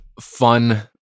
fun